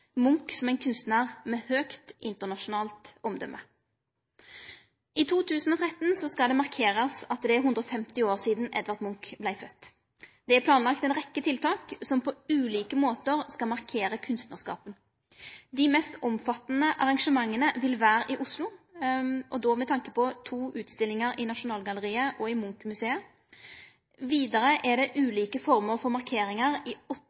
Munch som ein kunstnar med godt internasjonalt omdømme. I 2013 skal det markerast at det er 150 år sidan Edvard Munch vart fødd. Det er planlagt ei rekkje tiltak som på ulike måtar skal markere kunstnarskapen. Dei mest omfattande arrangementa vil vere i Oslo, med to utstillingar i Nasjonalgalleriet og i Munch-museet. Vidare er det ulike former for markeringar i åtte